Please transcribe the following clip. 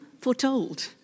foretold